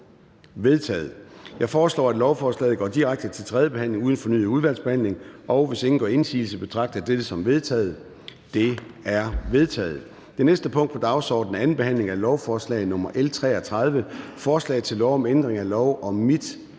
Jeg foreslår, at lovforslaget går direkte til tredje behandling uden fornyet udvalgsbehandling. Hvis ingen gør indsigelse, betragter jeg dette som vedtaget. Det er vedtaget. --- Det næste punkt på dagsordenen er: 11) 2. behandling af lovforslag nr. L 33: Forslag til lov om ændring af lov om